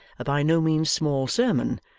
a by no means small sermon,